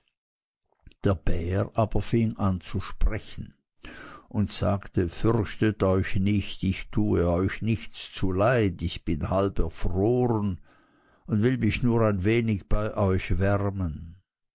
der bär aber fing an zu sprechen und sagte fürchtet euch nicht ich tue euch nichts zuleid ich bin halb erfroren und will mich nur ein wenig bei euch wärmen